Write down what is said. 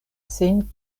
sin